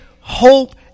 hope